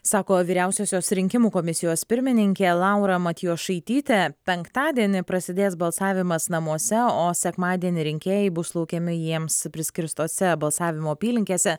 sako vyriausiosios rinkimų komisijos pirmininkė laura matjošaitytė penktadienį prasidės balsavimas namuose o sekmadienį rinkėjai bus laukiami jiems priskirstose balsavimo apylinkėse